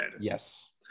yes